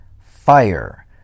fire